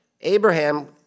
Abraham